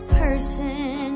person